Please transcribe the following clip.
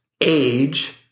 age